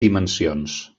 dimensions